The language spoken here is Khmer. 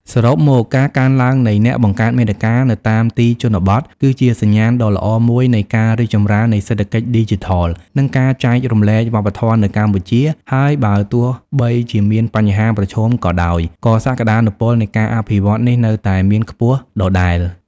សរុបមក ការកើនឡើងនៃអ្នកបង្កើតមាតិកានៅតាមទីជនបទ គឺជាសញ្ញាណដ៏ល្អមួយនៃការរីកចម្រើននៃសេដ្ឋកិច្ចឌីជីថល និងការចែករំលែកវប្បធម៌នៅកម្ពុជា ហើយបើទោះបីជាមានបញ្ហាប្រឈមក៏ដោយ ក៏សក្តានុពលនៃការអភិវឌ្ឍន៍នេះនៅតែមានខ្ពស់ដដែល។